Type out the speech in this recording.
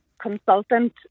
Consultant